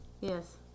Yes